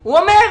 הוא אומר.